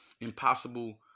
impossible